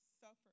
suffer